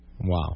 Wow